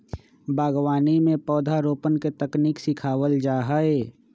बागवानी में पौधरोपण के तकनीक सिखावल जा हई